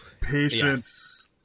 patience